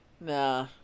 Nah